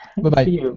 Bye-bye